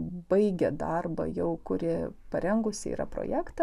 baigia darbą jau kuri parengusi yra projektą